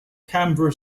canberra